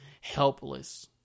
Helpless